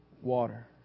water